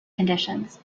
conditions